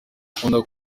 akunda